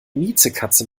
miezekatze